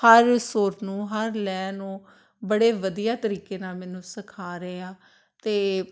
ਹਰ ਸੁਰ ਨੂੰ ਹਰ ਲੈਅ ਨੂੰ ਬੜੇ ਵਧੀਆ ਤਰੀਕੇ ਨਾਲ ਮੈਨੂੰ ਸਿਖਾ ਰਹੇ ਆ ਅਤੇ